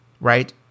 right